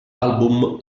album